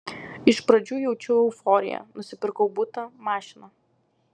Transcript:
iš pradžių jaučiau euforiją nusipirkau butą mašiną